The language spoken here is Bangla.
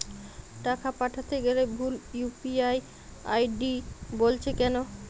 টাকা পাঠাতে গেলে ভুল ইউ.পি.আই আই.ডি বলছে কেনো?